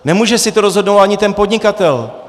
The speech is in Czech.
Nemůže si to rozhodnout ani ten podnikatel.